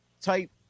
type